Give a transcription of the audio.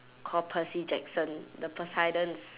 called percy jackson the poseidon's